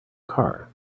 car